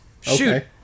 Shoot